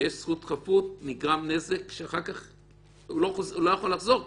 שיש זכות חפות נגרם נזק שהוא לא יכול לחזור כבר,